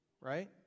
right